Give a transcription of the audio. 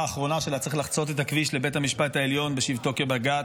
האחרונה שלה צריך לחצות את הכביש לבית-המשפט העליון בשבתו כבג"ץ,